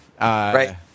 Right